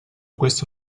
questo